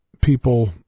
people